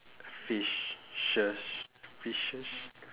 fishes fishes